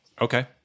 Okay